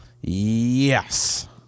Yes